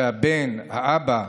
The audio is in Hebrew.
שהבן או האבא,